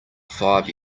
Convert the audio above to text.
five